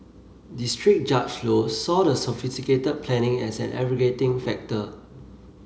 district Judge Low saw the sophisticated planning as an aggravating factor